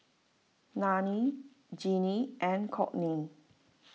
Nannie Jeanine and Kourtney